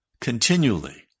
continually